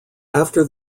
after